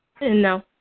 No